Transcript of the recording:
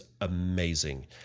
amazing